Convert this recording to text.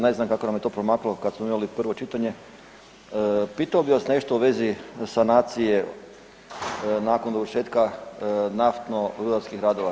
Ne znam kako nam je to promaklo kad smo imali prvo čitanje, pitao bi vas nešto u vezi sanacije nakon dovršetka nafto-rudarskih radova.